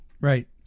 right